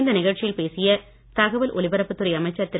இந்த நிகழ்ச்சியில் பேசிய தகவல் ஒலிப்பரப்புத் துறை அமைச்சர் திரு